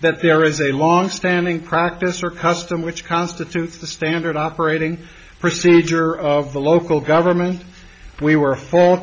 that there is a longstanding practice or custom which constitutes the standard operating procedure of the local government we were fo